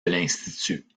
l’institut